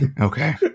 Okay